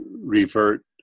revert